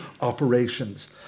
operations